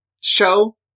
show